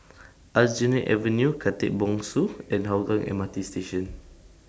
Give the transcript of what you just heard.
Aljunied Avenue Khatib Bongsu and Hougang M R T Station